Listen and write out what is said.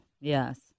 Yes